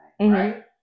right